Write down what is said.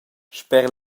sper